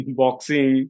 boxing